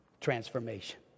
transformation